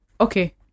Okay